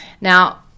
Now